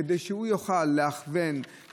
כדי שהוא יוכל להכווין,